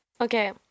Okay